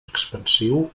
expansiu